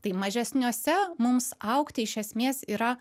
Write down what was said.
tai mažesniuose mums augti iš esmės yra